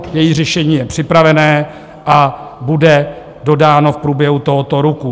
Její řešení je připravené a bude dodáno v průběhu tohoto roku.